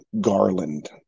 Garland